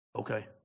Okay